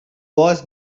wars